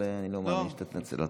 אבל אני לא מאמין שתנצל אותן.